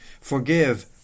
Forgive